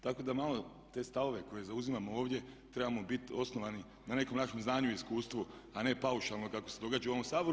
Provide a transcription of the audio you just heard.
Tako da malo te stavove koje zauzimamo ovdje trebamo bit osnovani na nekom našem znanju i iskustvu, a ne paušalno kako se događa u ovom Saboru.